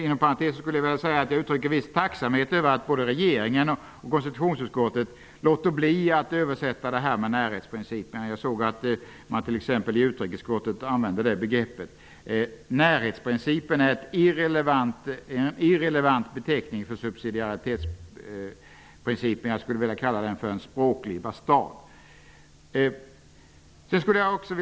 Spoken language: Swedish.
Inom parentes vill jag uttrycka en viss tacksamhet över att både regeringen och konstitutionsutskottet har låtit bli att översätta närhetsprincipen. T.ex. utrikesutskottet använder det begreppet. Närhetsprincipen är en irrelevant beteckning för subsidiaritetsprincipen. Jag kallar det för en språklig bastard.